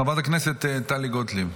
חברת הכנסת טלי גוטליב.